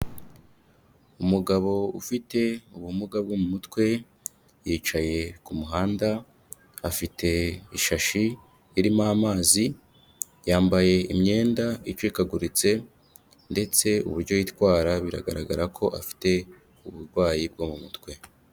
Umugabo ufite ubumuga bwo mu mutwe yicaye ku muhanda afite ishashi irimo amazi, yambaye imyenda icikaguritse ndetse uburyo yitwara biragaragara ko afite uburwayi bwo mu mutwe.